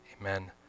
Amen